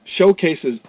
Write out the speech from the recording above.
showcases